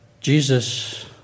jesus